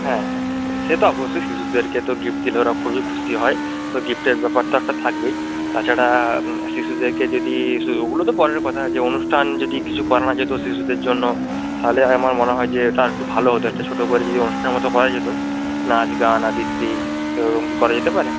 হ্যাঁ সে তো অবশ্যই শিশুদেরকে তো গিফট দিলে ওরা খুবই খুশি হয় তো গিফটের ব্যাপার তো একটা থাকবেই তাছাড়া শিশুদেরকে যদি ওগুলো তো পরের কথা যে অনুষ্ঠান যদি কিছু করানো যেত শিশুদের জন্য তাহলে আমার মনে হয় যে ওটা আরেকটু ভালো হতো একটা ছোটো করে যদি অনুষ্ঠান মতো করা যেত নাচ গান আবৃত্তি তো এরকম কি করা যেতে পারে